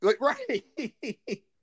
right